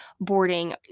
boarding